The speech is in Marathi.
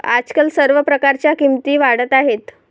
आजकाल सर्व प्रकारच्या किमती वाढत आहेत